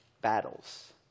battles